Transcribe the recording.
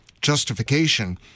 Justification